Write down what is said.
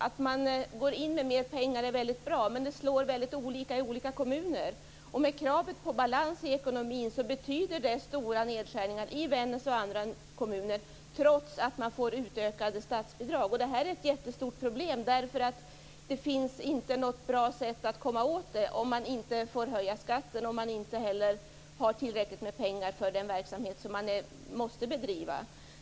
Att man går in med pengar är väldigt bra, men det slår väldigt olika i olika kommuner. Med kravet på balans i ekonomin betyder det stora nedskärningar i Vännäs och i andra kommuner, trots att man får utökade statsbidrag. Detta är ett jättestort problem. Det finns inte något bra sätt att komma till rätta med det när man inte får höja skatten om man inte har tillräckligt med pengar för den verksamhet som man måste bedriva.